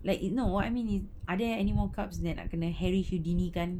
like you no what I mean is are there anymore cups that nak kena harry houdini kan